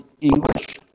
English